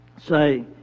say